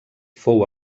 fou